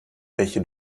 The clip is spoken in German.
welche